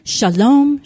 Shalom